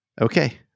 Okay